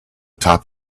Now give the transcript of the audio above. top